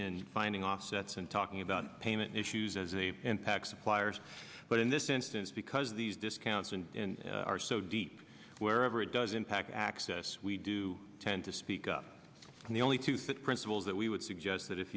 in finding offsets and talking about payment issues as a pack suppliers but in this instance because these discounts and are so deep wherever it does impact access we do tend to speak up and the only truth that principles that we would suggest that if